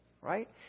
Right